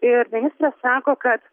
ir ministrė sako kad